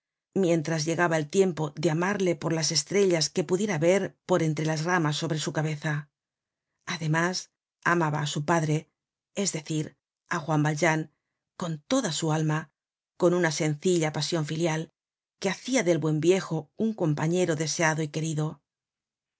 mientras llegaba el tiempo de amarle por las estrellas que pudiera ver por entre las ramas sobre su cabeza además amaba á su padre es decir á juan valjean con toda su alma con una sencilla pasion filial que hacia del buen viejo un compañero deseado y querido